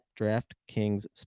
DraftKings